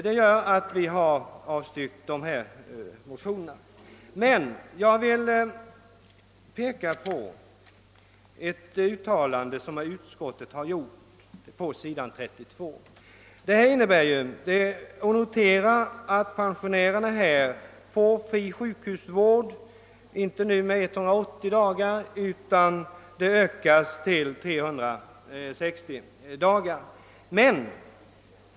Vi har följaktligen avstyrkt motionerna i fråga. Jag vill emellertid peka på ett uttalande som utskottet har gjort på s. 32 i utlåtandet. Vi noterar där att pensionärerna får fri sjukhusvård inte som nu under 180 dagar utan under 365 dagar.